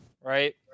right